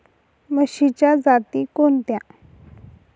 म्हशीच्या जाती कोणत्या?